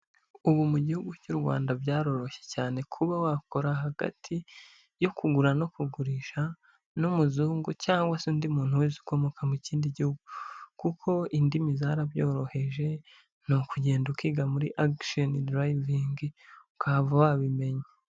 Ubu mu gihugu cy'u Rwanda byaroroshye cyane kuba wakora hagati yo kugura no kugurisha n'umuzungu cyangwa se undi muntu wese ukomoka mu kindi gihugu, kuko indimi zarabyoroheje, ni ukugenda ukiga muri Action Driving ukahava wabimenye.